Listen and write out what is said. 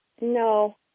no